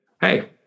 hey